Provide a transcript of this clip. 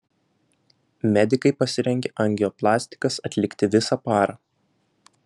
medikai pasirengę angioplastikas atlikti visą parą